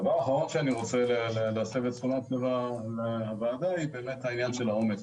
דבר אחרון שאני רוצה להסב אליו את תשומת לב הוועדה זה העניין של העומס.